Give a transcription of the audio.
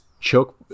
choke